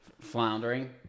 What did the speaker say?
Floundering